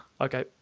okay